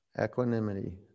equanimity